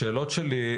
השאלות שלי,